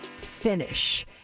finish